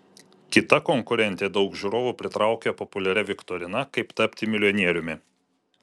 kita konkurentė daug žiūrovų pritraukia populiaria viktorina kaip tapti milijonieriumi